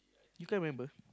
you can't remember